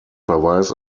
verweis